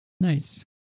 Nice